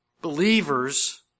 Believers